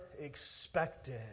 expected